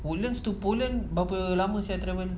woodlands to pollen berapa lama sia travel